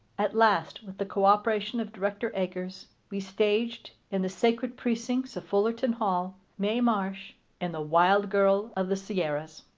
at last, with the cooperation of director eggers, we staged, in the sacred precincts of fullerton hall, mae marsh in the wild girl of the sierras.